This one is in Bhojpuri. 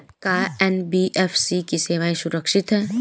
का एन.बी.एफ.सी की सेवायें सुरक्षित है?